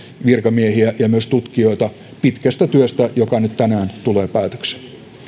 virkamiehiä ja myös tutkijoita pitkästä työstä joka nyt tänään tulee päätökseen